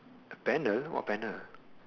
panel what panel